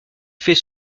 fait